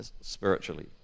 spiritually